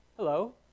hello